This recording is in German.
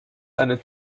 eine